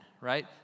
Right